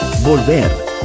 volver